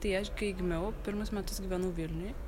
tai aš kai gimiau pirmus metus gyvenau vilniuj